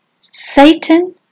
Satan